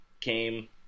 came